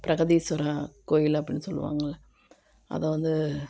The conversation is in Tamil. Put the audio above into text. பிரகதீஸ்வரர் கோயில் அப்படின்னு சொல்லுவங்கள்ல அதை வந்து